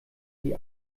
die